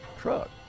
truck